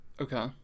Okay